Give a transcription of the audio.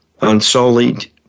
unsullied